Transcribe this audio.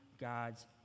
God's